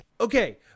Okay